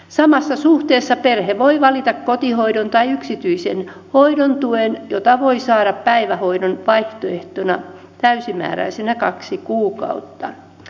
samassa suhteessa perhe voi valita kotihoidon tai yksityisen hoidon tuen jota voi saada päivähoidon vaihtoehtona täysimääräisenä kaksi kuukautta